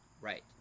Right